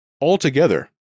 Altogether